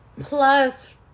plus